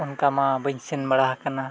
ᱚᱱᱠᱟᱢᱟ ᱵᱟᱹᱧ ᱥᱮᱱᱵᱟᱲᱟ ᱦᱟᱠᱟᱱᱟ